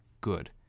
good